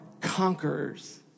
conquerors